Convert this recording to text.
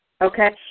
Okay